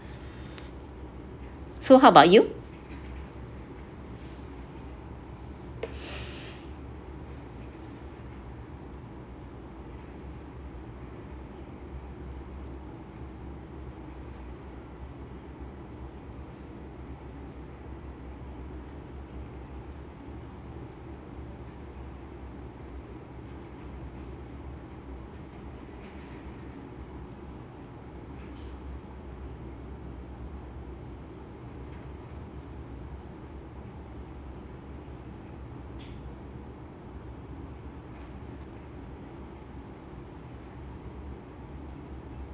so how about you